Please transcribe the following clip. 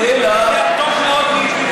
אתה יודע טוב מאוד מי הדליף.